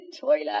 toilet